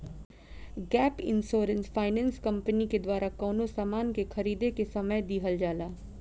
gap insurance finance company के द्वारा कवनो सामान के खरीदें के समय दीहल जाला